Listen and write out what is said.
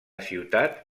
ciutat